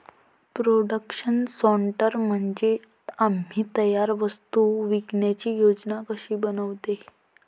production सॉर्टर म्हणजे आम्ही तयार वस्तू विकण्याची योजना कशी बनवतो